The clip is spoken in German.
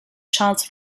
charles